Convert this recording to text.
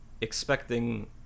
expecting